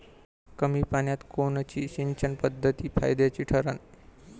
कमी पान्यात कोनची सिंचन पद्धत फायद्याची ठरन?